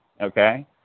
okay